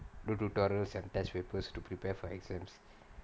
do tutorials and test papers to prepare for exams